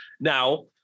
Now